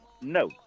no